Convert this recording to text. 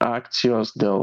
akcijos dėl